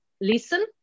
listen